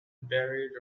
buried